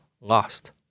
lost